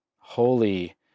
holy